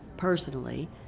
personally